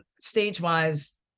stage-wise